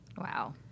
Wow